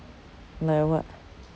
like what